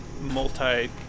multi